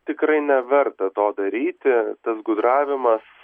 tikrai neverta to daryti tas gudravimas